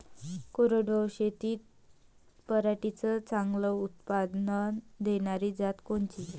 कोरडवाहू शेतीत पराटीचं चांगलं उत्पादन देनारी जात कोनची?